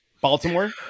Baltimore